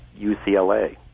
UCLA